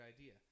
idea